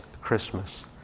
Christmas